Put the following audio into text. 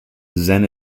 zen